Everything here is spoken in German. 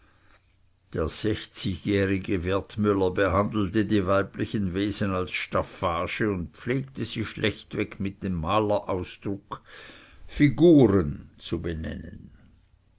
der sechzigjährige wertmüller behandelte die weiblichen wesen als staffage und pflegte sie schlechtweg mit dem malerausdrucke figuren zu benennen